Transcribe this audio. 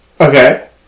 Okay